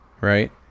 right